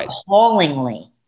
appallingly